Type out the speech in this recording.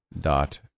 dot